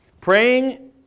Praying